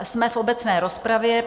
Jsme v obecné rozpravě.